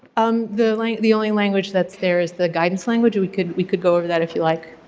um the like the only language that's there is the guidance language, we could we could go over that if you like.